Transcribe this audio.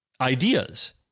ideas